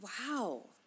wow